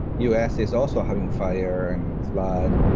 u s. is also having fire and flood.